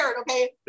Okay